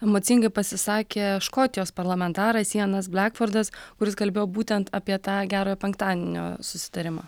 emocingai pasisakė škotijos parlamentaras janas blekvardas kuris kalbėjo būtent apie tą gerojo penktadienio susitarimą